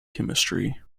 chemistry